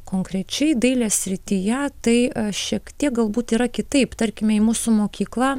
konkrečiai dailės srityje tai šiek tiek galbūt yra kitaip tarkime į mūsų mokykla